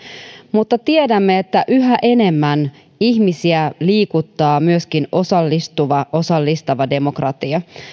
mutta tiedämme että yhä enemmän ihmisiä liikuttaa myöskin osallistava osallistava demokratia